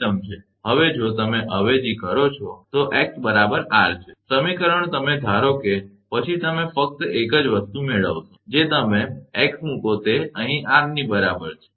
હવે જો તમે અવેજી કરો છો તો x બરાબર r છે સમીકરણમાં તમે ધારો કે પછી તમે ફક્ત એક જ વસ્તુ મેળવશો જે તમે x મૂકો તે અહીં r ની બરાબર છે બરાબર